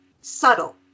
subtle